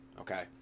okay